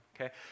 Okay